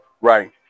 right